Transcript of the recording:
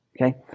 Okay